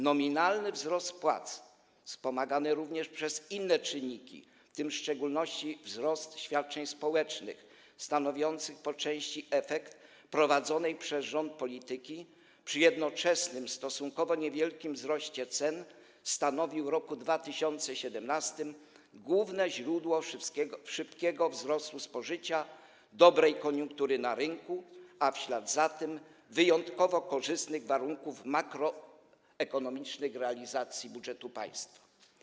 Nominalny wzrost płac, wspomagany również przez inne czynniki, w tym szczególnie wzrost świadczeń społecznych, stanowiących po części efekt prowadzonej przez rząd polityki, przy jednoczesnym stosunkowo niewielkim wzroście cen, stanowił w roku 2017 główne źródło szybkiego wzrostu spożycia, dobrej koniunktury na rynku, a w ślad za tym wyjątkowo korzystnych warunków makroekonomicznych realizacji budżetu państwa.